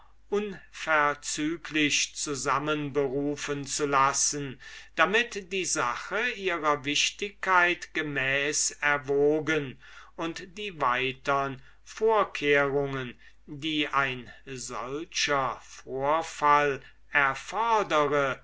unverzüglich zusammen berufen zu lassen damit die sache ihrer wichtigkeit gemäß erwogen und die weitern vorkehrungen die ein solcher vorfall erfodere